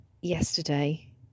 Yesterday